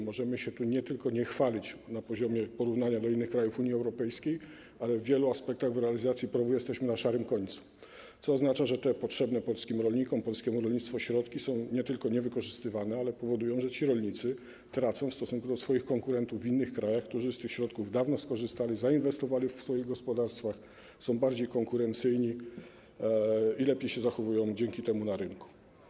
Możemy się tu nie tylko nie chwalić na poziomie porównania do innych krajów Unii Europejskiej, ale w wielu aspektach w realizacji PROW jesteśmy na szarym końcu, co oznacza, że te potrzebne polskim rolnikom, polskiemu rolnictwu środki są nie tylko niewykorzystywane, ale powoduje to, że ci rolnicy tracą w stosunku do swoich konkurentów w innych krajach, którzy z tych środków dawno skorzystali, zainwestowali w swoje gospodarstwa, są bardziej konkurencyjni i dzięki temu lepiej się zachowują na rynku.